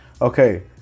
Okay